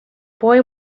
boy